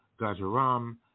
Gajaram